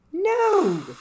No